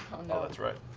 oh, that's right.